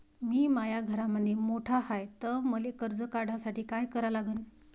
मी माया घरामंदी मोठा हाय त मले कर्ज काढासाठी काय करा लागन?